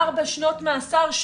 ארבע שנות מאסר,